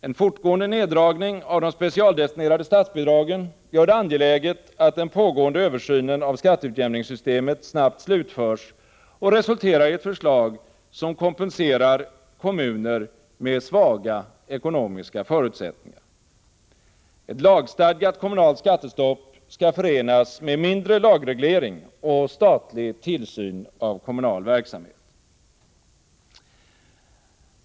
En fortgående neddragning av de specialdestinerade statsbidragen gör det angeläget att den pågående översynen av skatteutjämningssystemet snabbt slutförs och resulterar i ett förslag som kompenserar kommuner med svaga ekonomiska förutsättningar. Ett lagstadgat kommunalt skattestopp skall förenas med mindre lagreglering och statlig tillsyn av kommunal verksamhet.